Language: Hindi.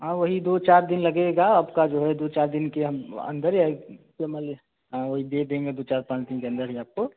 हाँ वही दो चार दिन लगेगा आपका जो है दो चार दिन के हम अंदर ही मान लीजिए हाँ वही दे देंगे दो चार पाँच दिन के अंदर ही आपको